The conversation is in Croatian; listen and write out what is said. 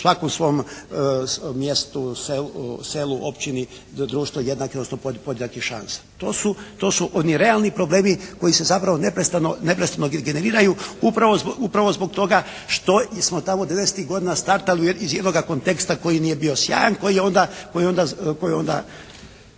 u svakom svom mjestu, selu, općini da društvo jednake odnosno podjednake šanse. To su oni realni problemi koji se zapravo neprestano generiraju upravo zbog toga što smo tamo 90-tih godina startali iz jednoga konteksta koji nije bio sjajan, koji je onda